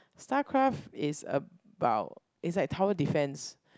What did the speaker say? starcraft is about it's like tower defence